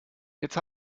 jetzt